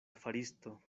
faristo